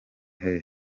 hey